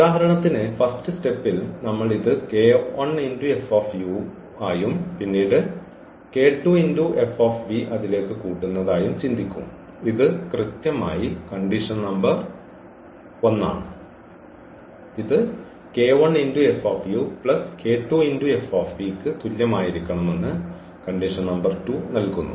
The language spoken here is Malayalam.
ഉദാഹരണത്തിന് ഫസ്റ്റ് സ്റ്റെപ്പിൽ നമ്മൾ ഇത് ആയും പിന്നീട് ഈ അതിലേക്ക് കൂട്ടുന്നതായും ചിന്തിക്കും ഇത് കൃത്യമായി കണ്ടീഷൻ നമ്പർ 1 ആണ് ഇത് ന് തുല്യമായിരിക്കണമെന്ന് കണ്ടീഷൻ നമ്പർ 2 നൽകുന്നു